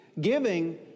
giving